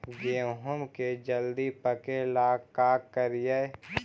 गेहूं के जल्दी पके ल का करियै?